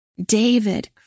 David